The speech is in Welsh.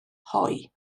hoe